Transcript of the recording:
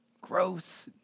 gross